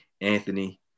Anthony